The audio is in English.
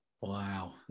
Wow